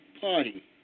party